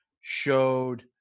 showed